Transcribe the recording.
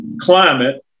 climate